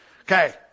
Okay